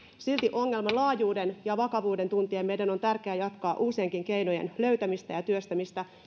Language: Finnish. silti ongelman laajuuden ja vakavuuden tuntien meidän on tärkeä jatkaa uusienkin keinojen löytämistä ja työstämistä